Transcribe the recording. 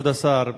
כבוד השר,